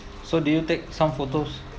so do you take some photos